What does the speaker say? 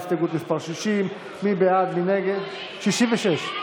בעד, 51, נגד, 60,